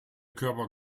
körper